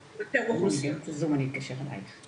כל הזמן לעבוד הכי